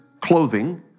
clothing